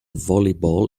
volleyball